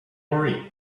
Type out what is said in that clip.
worry